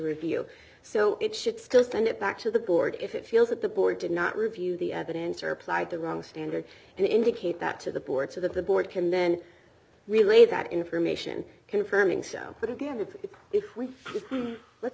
review so it should still send it back to the board if it feels that the board did not review the evidence or applied the wrong standard and indicate that to the board so that the board can then relay that information confirming so that again if if we let's